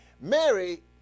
Mary